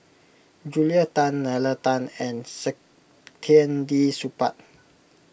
Julia Tan Nalla Tan and Saktiandi Supaat